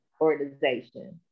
organization